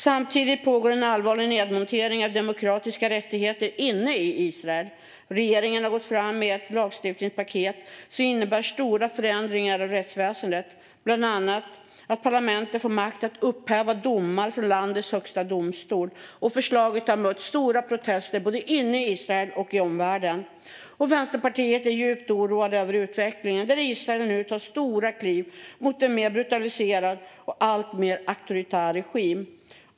Samtidigt pågår en allvarlig nedmontering av demokratiska rättigheter inne i Israel. Regeringen har gått fram med ett lagstiftningspaket som innebär stora förändringar av rättsväsendet. Det handlar bland annat om att parlamentet får makt att upphäva domar från landets högsta domstol. Förslaget har mött stora protester både inne i Israel och i omvärlden. Vänsterpartiet är djupt oroat över utvecklingen, där Israel nu tar stora kliv mot en mer brutaliserad och alltmer auktoritär regim.